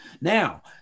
Now